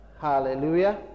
Hallelujah